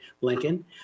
Lincoln